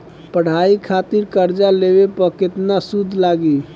पढ़ाई खातिर कर्जा लेवे पर केतना सूद लागी?